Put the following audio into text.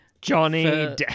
Johnny